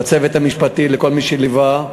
לצוות המשפטי ולכל מי שליווה.